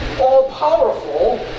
all-powerful